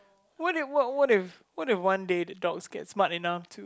what if what what if what if one day the dogs get smart enough to